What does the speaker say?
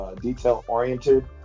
detail-oriented